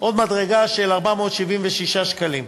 עוד מדרגה של 476 שקלים.